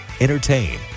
entertain